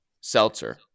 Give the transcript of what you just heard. seltzer